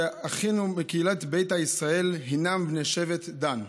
שאחינו מקהילת ביתא ישראל הינם בני שבט דן.